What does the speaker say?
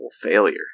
failure